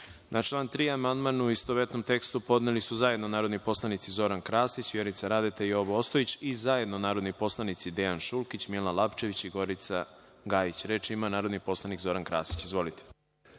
član 3. amandman, u istovetnom tekstu, podneli su zajedno narodni poslanici Zoran Krasić, Vjerica Radeta i Jovo Ostojić i zajedno narodni poslanici Dejan Šulkić, Milan Lapčević i Gorica Gajić. Reč ima narodni poslanik Zoran Krasić. **Zoran